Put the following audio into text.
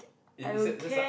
is is that is that some